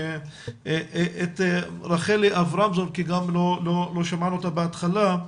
את רחלי אברמזון כי לא שמענו אותה בהתחלה,